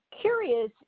curious